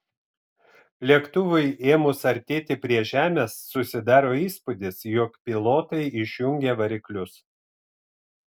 lėktuvui ėmus artėti prie žemės susidaro įspūdis jog pilotai išjungė variklius